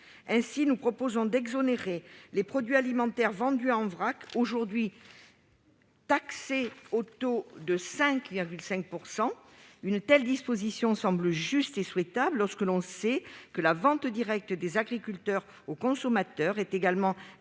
amendement prévoit donc d'exonérer les produits alimentaires vendus en vrac, aujourd'hui taxés au taux de 5,5 %. Une telle disposition semble juste et souhaitable, lorsque l'on sait que la vente directe des agriculteurs aux consommateurs est exonérée